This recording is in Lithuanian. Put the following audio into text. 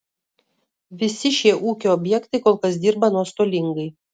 visi šie ūkio objektai kol kas dirba nuostolingai